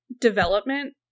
development